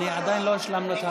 עדיין לא השלמנו את ההצבעה.